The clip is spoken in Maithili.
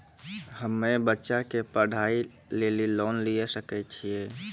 हम्मे बच्चा के पढ़ाई लेली लोन लिये सकय छियै?